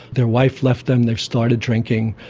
their wife left them, they've started drinking,